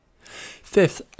Fifth